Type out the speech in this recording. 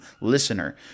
listener